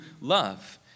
love